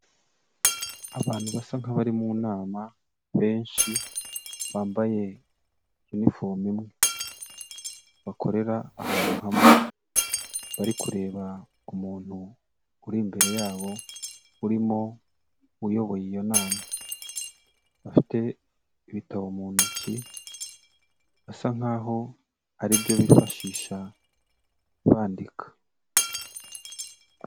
Abantu basa nk'abari mu nama benshi bambaye inifomo imwe bakorera ahantu hamwe, bari kureba umuntu uri imbere yabo urimo uyoboye iyo nama, bafite ibitabo mu ntoki basa nkaho ari ibyo bifashisha bandika.